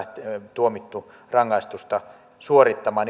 tuomittu rangaistusta suorittamaan